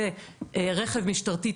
זה רכב משטרתי,